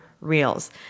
reels